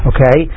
Okay